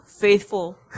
Faithful